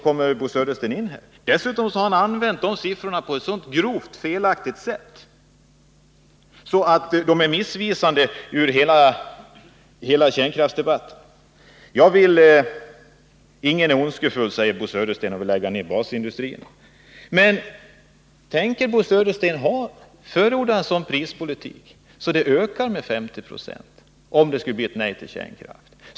Bo Södersten har dessutom använt de här siffrorna på ett sådant grovt felaktigt sätt att de blir missvisande för hela kärnkraftsdebatten. Ingen är så ondskefull att han vill lägga ned basindustrierna, säger Bo Södersten. Men vill Bo Södersten förorda en sådan prispolitik som innebär att kostnaderna ökar med 50 96 om det skulle bli ett nej till kärnkraften?